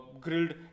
grilled